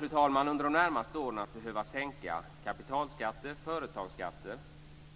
Vi kommer under de närmaste åren att behöva sänka kapitalskatter, företagsskatter,